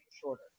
shorter